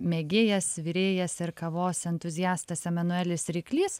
mėgėjas virėjas ir kavos entuziastas emanuelis ryklys